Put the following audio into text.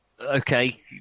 Okay